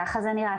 ככה זה נראה.